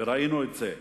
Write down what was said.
וראינו את זה.